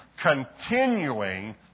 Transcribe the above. continuing